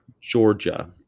Georgia